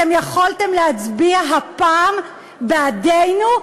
אתם יכולתם להצביע הפעם בעדנו,